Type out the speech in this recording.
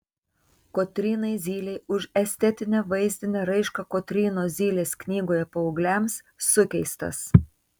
kotrynai zylei už estetinę vaizdinę raišką kotrynos zylės knygoje paaugliams sukeistas